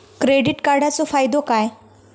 Credit कार्डाचो फायदो काय?